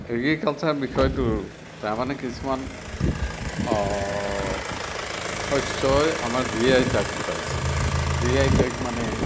agriculture বিষয়টোৰ তাৰমানে কিছুমান শস্যই আমাৰ জি আই টেগ পাইছে জি আই টেগ মানে